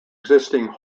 existing